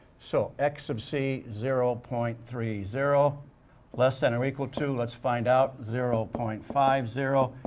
so, x sub c, zero point three zero less than or equal to let's find out zero point five zero.